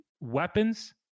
weapons